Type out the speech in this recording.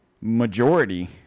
majority